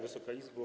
Wysoka Izbo!